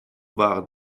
waren